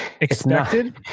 expected